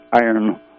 iron